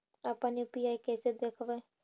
अपन यु.पी.आई कैसे देखबै?